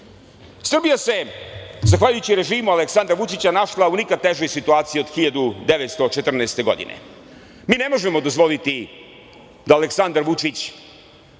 se zahvaljujući režimu Aleksandra Vučića našla u nikad težoj situaciji od 1914. godine. Mi ne možemo dozvoliti da Aleksandar Vučić